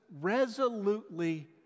resolutely